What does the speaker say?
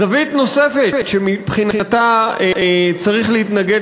זווית נוספת שמבחינתה צריך להתנגד